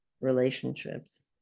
relationships